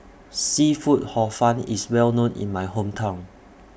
Seafood Hor Fun IS Well known in My Hometown